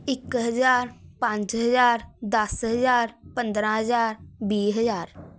ਇੱਕ ਹਜ਼ਾਰ ਪੰਜ ਹਜ਼ਾਰ ਦਸ ਹਜ਼ਾਰ ਪੰਦਰਾਂ ਹਜ਼ਾਰ ਵੀਹ ਹਜ਼ਾਰ